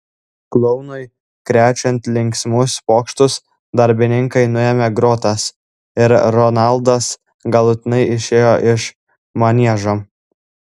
klounui krečiant linksmus pokštus darbininkai nuėmė grotas ir ronaldas galutinai išėjo iš maniežo